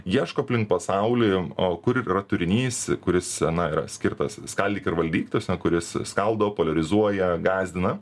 ieško aplink pasaulį o kur yra turinys kuris na yra skirtas skaldyk ir valdyk tas kuris skaldo poliarizuoja gąsdina